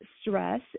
stress